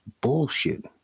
bullshit